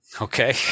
Okay